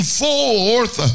forth